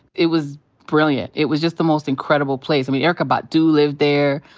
it was brilliant. it was just the most incredible place. i mean, erykah badu lived there.